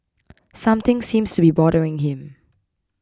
something seems to be bothering him